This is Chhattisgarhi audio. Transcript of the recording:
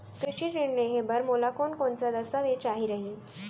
कृषि ऋण लेहे बर मोला कोन कोन स दस्तावेज चाही रही?